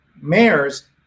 mayors